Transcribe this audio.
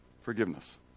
forgiveness